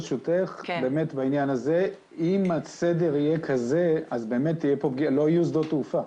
ברשותך: אם הסדר יהיה כזה אז לא יהיו פה שדות תעופה.